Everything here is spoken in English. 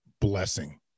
blessing